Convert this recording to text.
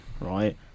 right